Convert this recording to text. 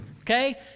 Okay